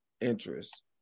interest